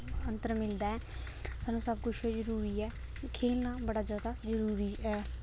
अन्तर मिलदा ऐ सानूं सब कुछ जरूरी ऐ खेलना बड़ा जादा जरूरी ऐ